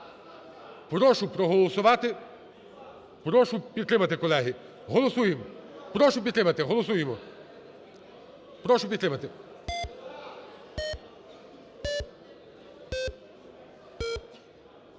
Прошу проголосувати. Прошу підтримати, колеги. Голосуємо. Прошу підтримати. Голосуємо. Прошу підтримати.